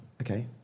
okay